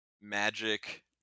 magic